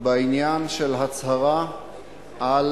בעניין של הצהרה על